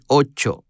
ocho